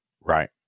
Right